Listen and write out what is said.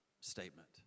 statement